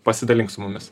pasidalink su mumis